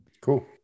cool